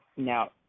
Now